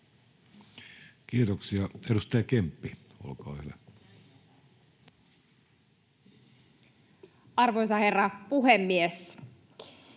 Kiitoksia. — Edustaja Nurminen, olkaa hyvä. Arvoisa herra puhemies!